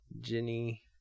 Jenny